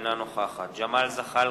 אינה נוכחת ג'מאל זחאלקה,